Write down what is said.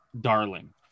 darling